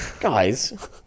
guys